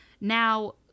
Now